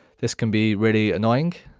this can be really annoying.